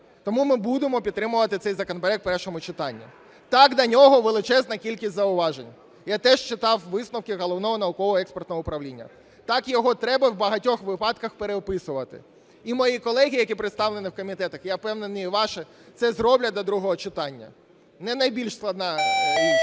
Тому ми будемо підтримувати цей законопроект в першому читанні. Так, до нього величезна кількість зауважень. Я теж читав висновки Головного науково-експертного управління. Так, його треба в багатьох випадках переписувати, і мої колеги, які представлені в комітетах, я впевнений, і ваші це зроблять до другого читання. Не найбільш складна річ.